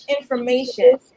information